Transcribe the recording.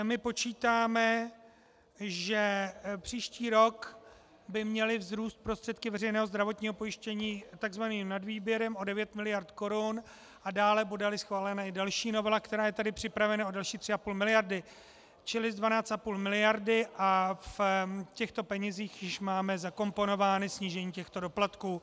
My počítáme, že příští rok by měly vzrůst prostředky veřejného zdravotního pojištění tzv. nadvýběrem o 9 mld. korun a dále, budeli schválena další novela, která je tady připravena, o další 3,5 mld. Čili z 12,5 mld. a v těchto penězích již máme zakomponováno snížení těchto doplatků.